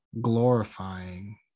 glorifying